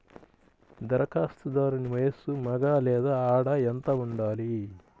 ధరఖాస్తుదారుని వయస్సు మగ లేదా ఆడ ఎంత ఉండాలి?